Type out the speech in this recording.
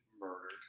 murdered